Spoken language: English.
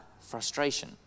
frustration